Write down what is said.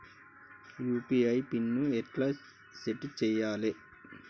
UPI PIN ఎట్లా set చేయాలే?